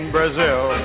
Brazil